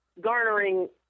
garnering